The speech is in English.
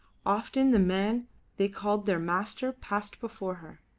often the man they called their master passed before her,